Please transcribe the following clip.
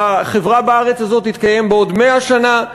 והחברה בארץ הזאת תתקיים בעוד 100 שנה,